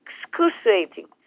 excruciating